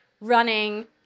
running